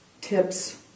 tips